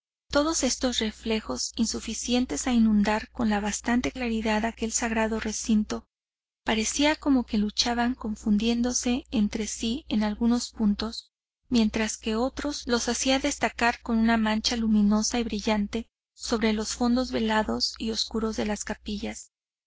todos estos reflejos insuficientes a inundar con la bastante claridad aquel sagrado recinto parecían como que luchaban confundiéndose entre sí en algunos puntos mientras que otros los hacían destacar con una mancha luminosa y brillante sobre los fondos velados y oscuros de las capillas